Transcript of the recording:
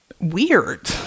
weird